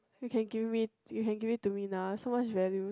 you can give me you can give it to me lah so many values